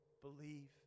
believe